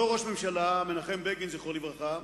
אותו ראש ממשלה, מנחם בגין, זיכרונו לברכה,